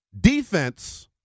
defense